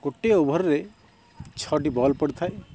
ଗୋଟିଏ ଓଭର୍ ରେ ଛଅଟି ବଲ୍ ପଡ଼ିଥାଏ